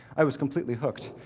i was completely hooked.